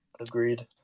Agreed